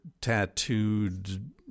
tattooed